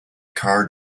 car